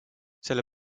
selle